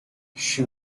she